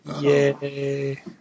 Yay